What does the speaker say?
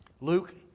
Luke